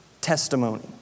testimony